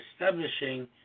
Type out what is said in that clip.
establishing